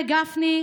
לגפני,